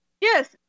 Yes